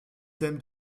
thème